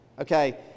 Okay